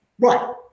Right